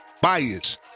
bias